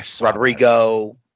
Rodrigo